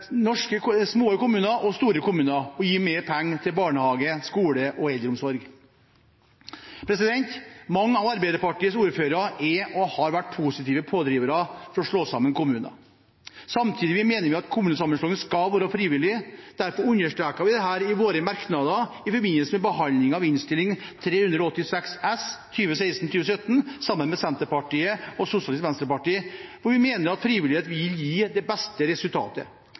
norske små kommuner og store kommuner og gi mer penger til barnehage, skole og eldreomsorg. Mange av Arbeiderpartiets ordførere er, og har vært, positive pådrivere for å slå sammen kommuner. Samtidig mener vi at kommunesammenslåing skal være frivillig. Derfor understreket vi dette i våre merknader i forbindelse med behandlingen av Innst. 386 S for 2016–2017, sammen med Senterpartiet og Sosialistisk Venstreparti, for vi mener at frivillighet vil gi det beste resultatet.